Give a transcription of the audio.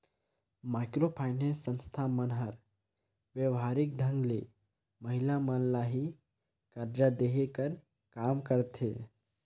micro finance संस्था मन हर बेवहारिक ढंग ले महिला मन ल ही करजा देहे कर काम करथे